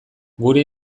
gure